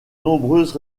nombreuses